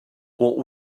what